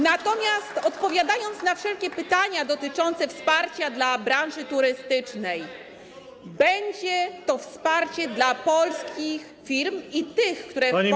Natomiast odpowiadając na wszelkie pytania dotyczące wsparcia dla branży turystycznej: będzie to wsparcie dla polskich firm i tych, które w Polsce działają.